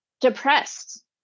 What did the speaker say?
depressed